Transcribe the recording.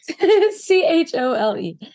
C-H-O-L-E